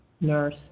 nurse